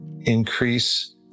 increase